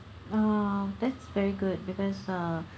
oh that's very good because uh